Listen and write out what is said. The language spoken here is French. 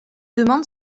demande